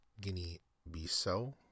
Guinea-Bissau